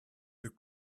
the